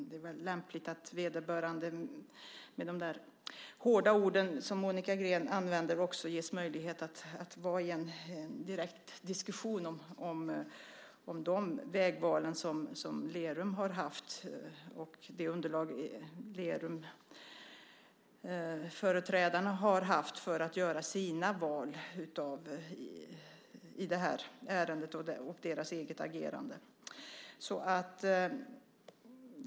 Det är väl lämpligt att vederbörande, med de hårda ord som Monica Green använde, också ges möjlighet att delta i en direkt diskussion om de vägval som Lerum har gjort, det underlag Lerumföreträdarna har haft för att göra sina val i det här ärendet och deras eget agerande.